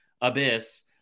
abyss